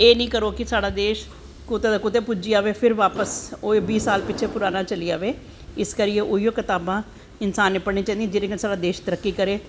एह् नी करो कि साढ़ा देश कुतै दा कुतै पुज्जी जाए फिर बापस ओह् बीह् साल पराना पिच्छें चली अवै इक करियै उऐ कताबां इंसान नै पढ़नियां चाहि दियां जेह्दे कन्नैं साढ़े देश तरक्की करै